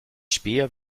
späher